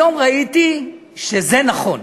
היום ראיתי שזה נכון.